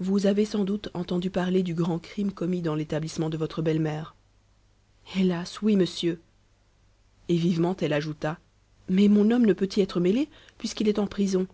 vous avez sans doute entendu parler du grand crime commis dans l'établissement de votre belle-mère hélas oui monsieur et vivement elle ajouta mais mon homme ne peut y être mêlé puisqu'il est en prison